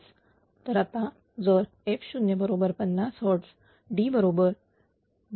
तर आता जर f0 बरोबर 50 Hz D बरोबर PLf